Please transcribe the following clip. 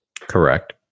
Correct